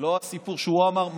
לא הסיפור שהוא אמר,